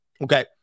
Okay